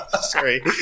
Sorry